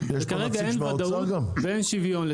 וכרגע אין ודאות ואין שוויון.